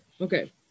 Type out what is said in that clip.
Okay